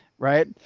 Right